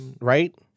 right